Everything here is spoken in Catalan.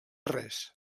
res